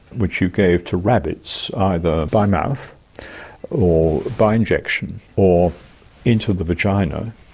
which you gave to rabbits either by mouth or by injection or into the vagina,